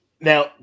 Now